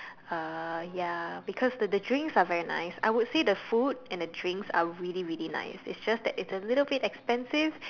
uh ya because the the drinks are very nice I would say the food and the drinks are really really nice it's just that it's a little bit expensive